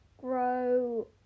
grow